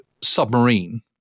submarine